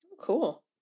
Cool